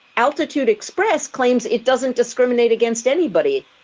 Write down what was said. altitude express claims it doesn't discriminate against anybody.